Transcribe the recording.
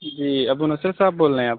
جی ابو نصر صاحب بول رہے ہیں آپ